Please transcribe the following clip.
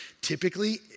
typically